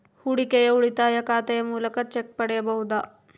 ಹೂಡಿಕೆಯ ಉಳಿತಾಯ ಖಾತೆಯ ಮೂಲಕ ಚೆಕ್ ಪಡೆಯಬಹುದಾ?